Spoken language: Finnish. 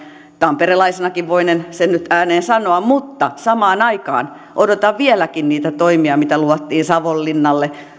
tamperelaisenakin voinen sen nyt ääneen sanoa mutta samaan aikaan odotan vieläkin niitä toimia mitä luvattiin savonlinnalle